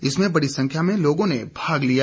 इसमें बड़ी संख्या में लोगों ने भाग लिया